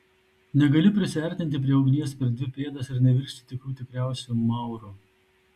negali prisiartinti prie ugnies per dvi pėdas ir nevirsti tikrų tikriausiu mauru